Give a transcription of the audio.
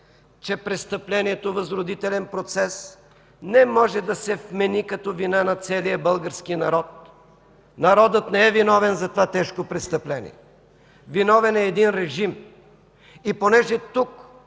че престъплението възродителен процес не може да се вмени като вина на целия български народ. Народът не е виновен за това тежко престъпление. Виновен е един режим и понеже тук